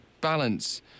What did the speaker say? balance